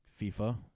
FIFA